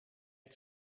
het